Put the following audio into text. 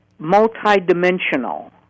multidimensional